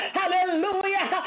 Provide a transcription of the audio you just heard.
hallelujah